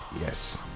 Yes